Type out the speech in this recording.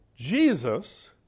Jesus